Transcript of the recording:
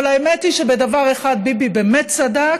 אבל האמת היא שבדבר אחד ביבי באמת צדק: